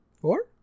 four